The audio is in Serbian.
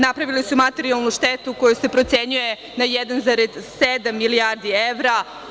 Napravile su materijalnu štetu koja se procenjuje na 1,7 milijardi evra.